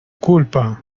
culpa